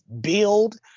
build